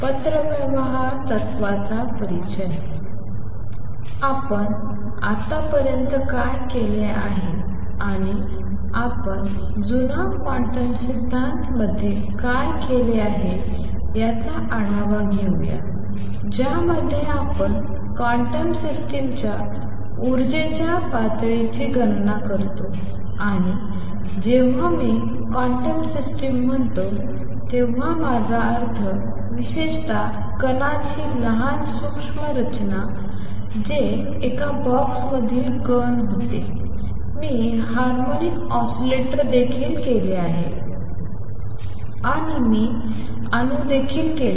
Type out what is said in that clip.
पत्रव्यवहार तत्त्वाचा परिचय आपण आत्तापर्यंत काय केले आहे आणि आपण जुना क्वांटम सिद्धांत मध्ये काय केले आहे याचा आढावा घेऊया ज्यामध्ये आपण क्वांटम सिस्टम्सच्या ऊर्जेच्या पातळीची गणना करतो आणि जेव्हा मी क्वांटम सिस्टम म्हणतो तेव्हा माझा अर्थ विशेषतः कणाची लहान सूक्ष्म यंत्रणा जे एका बॉक्समधील कण होते मी हार्मोनिक ऑसीलेटर देखील केले आणि मी अणू देखील केले